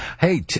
Hey